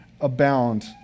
abound